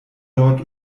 dort